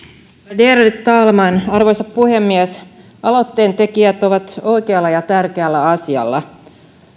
värderade talman arvoisa puhemies aloitteen tekijät ovat oikealla ja tärkeällä asialla